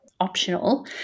optional